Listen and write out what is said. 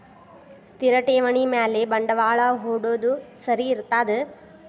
ಸ್ಥಿರ ಠೇವಣಿ ಮ್ಯಾಲೆ ಬಂಡವಾಳಾ ಹೂಡೋದು ಸರಿ ಇರ್ತದಾ?